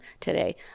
today